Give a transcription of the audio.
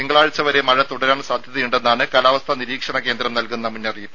തിങ്കളാഴ്ച വരെ മഴ തുടരാൻ സാധ്യതയുണ്ടെന്നാണ് കാലാവസ്ഥാ നിരീക്ഷണ കേന്ദ്രം നൽകുന്ന മുന്നറിയിപ്പ്